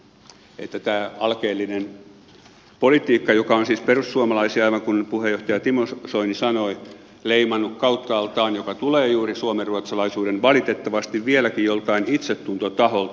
että tämä alkeellinen politiikka joka on siis perussuomalaisia aivan kuten puheenjohtaja timo soini sanoi leimannut kauttaaltaan tulee juuri suomenruotsalaisuuden valitettavasti vieläkin joltain itsetuntotaholta